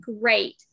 great